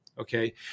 Okay